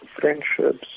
friendships